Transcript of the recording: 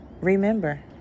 remember